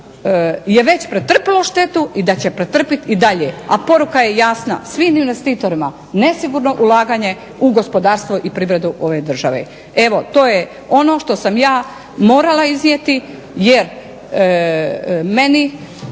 je već pretrpjelo štetu i da će pretrpjeti i dalje. A poruka je jasna svim investitorima nesigurno ulaganje u gospodarstvo i privredu ove države. Evo to je ono što sam ja morala iznijeti jer meni